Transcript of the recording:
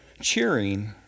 cheering